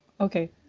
okay